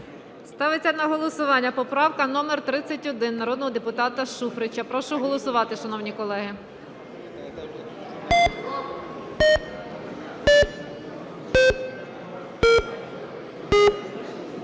Ставиться на голосування поправка номер 31 народного депутата Шуфрича. Прошу голосувати, шановні колеги.